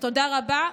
תודה רבה.